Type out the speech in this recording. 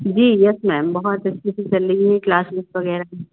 जी yes ma'am बहुत अच्छे से चल रही हैं क्लासेस वग़ैरह भी